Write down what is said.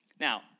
Now